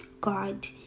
god